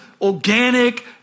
organic